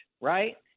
right